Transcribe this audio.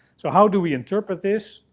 so, how do we interpret this?